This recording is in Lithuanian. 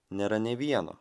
nėra nė vieno